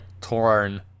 torn